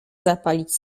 zapalić